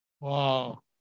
Wow